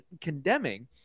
condemning